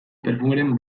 perfumeren